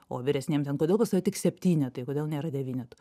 o vyresniem ten kodėl pas tave tik septynetai kodėl nėra devynetų